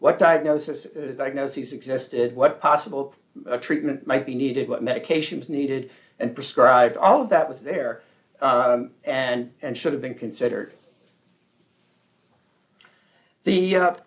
what diagnosis diagnoses existed what possible treatment might be needed what medications needed and prescribed all of that was there and should have been considered the up